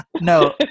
No